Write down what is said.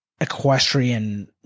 equestrian